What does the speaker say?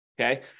Okay